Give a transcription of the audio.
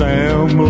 Sam